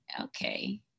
Okay